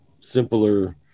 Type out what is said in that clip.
simpler